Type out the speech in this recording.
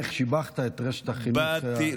איך שיבחת את רשת החינוך העצמאי ועזרת להם.